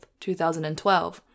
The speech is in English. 2012